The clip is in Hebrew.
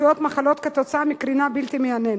התפתחות מחלות כתוצאה מקרינה בלתי מייננת.